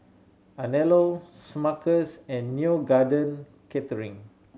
Anello Smuckers and Neo Garden Catering